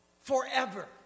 forever